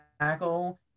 tackle